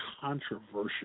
controversial